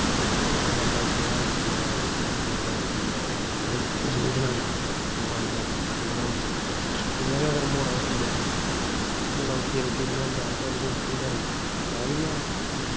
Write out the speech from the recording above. अगर बंदा सवेरै उट्ठियै मकलब कि सवेरै उट्ठियै जि'यां जनानियां उठदियां जनानियां उठियै रुट्टी बनांदियां इ'यां गै मुड़ा उट्ठियै मुड़ा उट्ठियै रुट्टी बनांदा तां ओह्दे च केह् शर्म ऐ